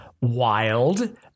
wild